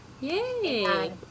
Yay